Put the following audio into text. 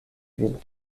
vin